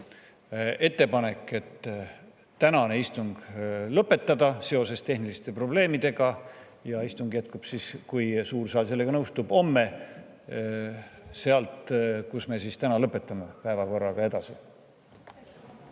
ettepanek tänane istung lõpetada seoses tehniliste probleemidega ja istung jätkub – siis, kui suur saal sellega nõustub – homme sealt, kus me täna päevakorraga lõpetame.